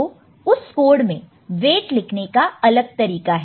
तो उस कोड में वेट लिखने का अलग तरीका है